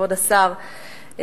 כבוד השר,